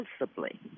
responsibly